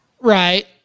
Right